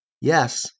Yes